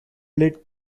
played